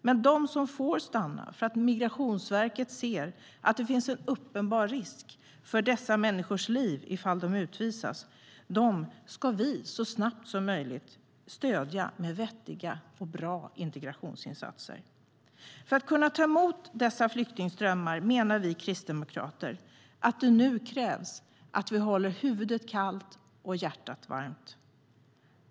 Men de som får stanna, därför att Migrationsverket ser att det finns en uppenbar risk för dessa människors liv ifall de utvisas, ska vi så snabbt som möjligt stödja med vettiga och bra integrationsinsatser. För att kunna ta emot dessa flyktingströmmar menar vi kristdemokrater att det nu krävs att vi håller huvudet kallt och hjärtat varmt.